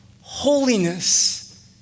holiness